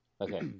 okay